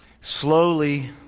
slowly